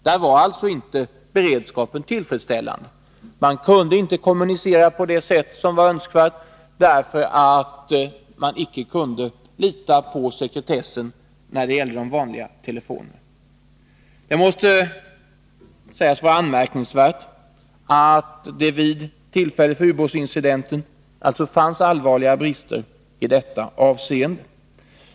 De har alltså inte kommunicerat 12 maj 1982 på det sätt som är önskvärt, därför att man inte kunde lita på sekretessen när det gällde de vanliga telefonerna. Det måste sägas vara anmärkningsvärt att det vid tillfället för ubåtsincidenten fanns allvarliga brister i detta avseende.